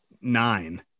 nine